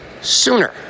sooner